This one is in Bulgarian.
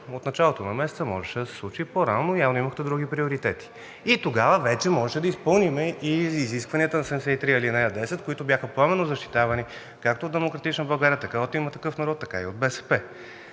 От началото на месеца можеше да се случи и по-рано, но явно имахте други приоритети. И тогава вече можеше да изпълним и изискванията на чл. 73, ал. 10, които бяха пламенно защитавани както от „Демократична България“, така и от „Има такъв народ“, така и от БСП,